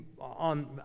on